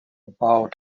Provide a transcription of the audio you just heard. about